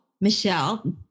Michelle